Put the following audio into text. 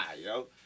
yo